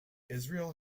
israel